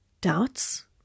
doubts